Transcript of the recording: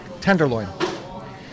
tenderloin